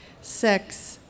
sex